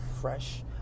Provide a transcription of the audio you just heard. fresh